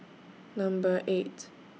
Number eight